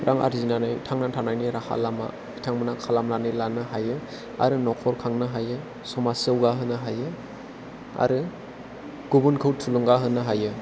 रां आरजिनानै थांना थानायनि राहालामा बिथांमोना खालामनानै लानो हायो आरो न'खर खांनो हायो समाज जौगाहोनो हायो आरो गुबुनखौ थुलुंगा होनो हायो